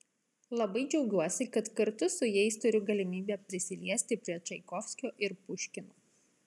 labai džiaugiuosi kad kartu su jais turiu galimybę prisiliesti prie čaikovskio ir puškino